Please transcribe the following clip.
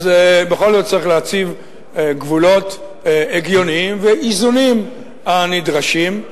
אז בכל זאת צריך להציב גבולות הגיוניים ואיזונים הנדרשים.